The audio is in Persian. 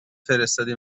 فرستادی